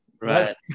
right